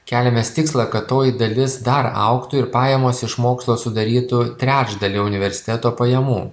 keliamės tikslą kad toji dalis dar augtų ir pajamos iš mokslo sudarytų trečdalį universiteto pajamų